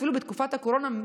אפילו בתקופת הקורונה,